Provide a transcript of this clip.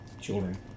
children